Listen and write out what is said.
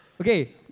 Okay